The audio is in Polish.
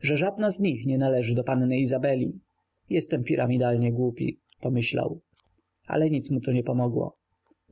że żadna z nich nie należy do panny izabeli jestem piramidalnie głupi pomyślał ale nic mu to nie pomogło